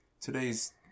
Today's